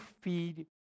feed